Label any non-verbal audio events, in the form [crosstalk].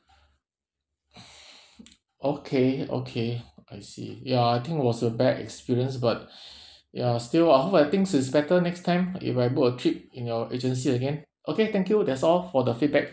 [breath] [noise] okay okay I see ya I think it was a bad experience but [breath] ya still I hope uh things it's better next time if I book a trip in your agency again okay thank you that's all for the feedback